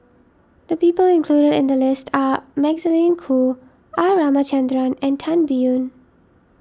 the people include in the list are Magdalene Khoo R Ramachandran and Tan Biyun